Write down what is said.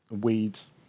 weeds